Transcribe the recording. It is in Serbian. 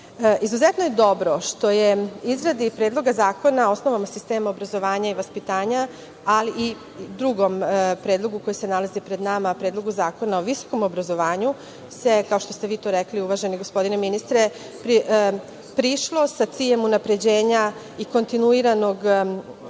posao. Izuzetno je dobro što se u izradi Predloga zakona o osnovama sistema obrazovanja i vaspitanja, a i u drugom predlogu koji se nalazi pred nama, Predlogu zakona o visokom obrazovanju, kao što ste vi to rekli, uvaženi gospodine ministre, prišlo sa ciljem unapređenja i kontinuiranog usklađivanja